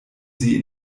sie